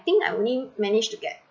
I think I only managed to get